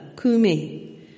kumi